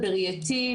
בראייתי,